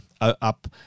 up